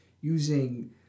using